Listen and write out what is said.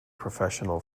professional